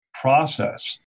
process